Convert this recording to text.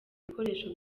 ibikoresho